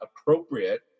appropriate